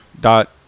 dot